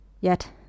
Yet